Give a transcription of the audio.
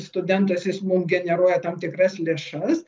studentas jis mum generuoja tam tikras lėšas